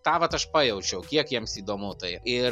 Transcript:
tą vat aš pajaučiau kiek jiems įdomu tai ir